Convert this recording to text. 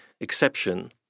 exception